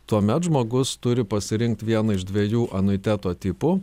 tuomet žmogus turi pasirinkt vieną iš dviejų anuiteto tipų